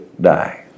die